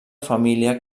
família